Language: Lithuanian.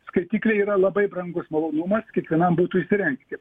skaitikliai yra labai brangus malonumas kiekvienam butui įsirengti